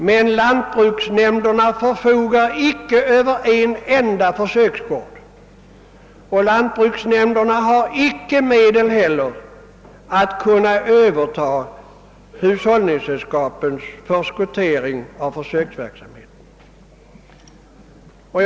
Men lantbruksnämnderna förfogar icke över en enda försöksgård, och de har icke heller medel att överta hushållningssällskapens förskottering av verksamheten.